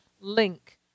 link